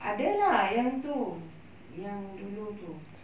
ada lah yang itu yang dulu itu